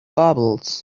bubbles